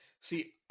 See